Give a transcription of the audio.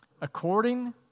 According